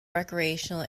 recreational